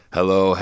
Hello